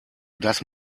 das